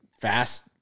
fast